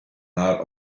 not